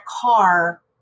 car